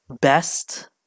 Best